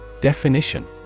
Definition